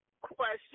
question